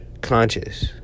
conscious